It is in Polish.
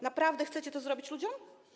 Naprawdę chcecie to zrobić ludziom?